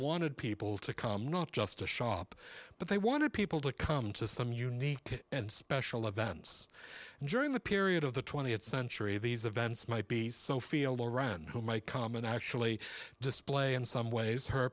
wanted people to come not just to shop but they wanted people to come to some unique and special events during the period of the twentieth century these events might be sophia loren my comment actually display in some ways her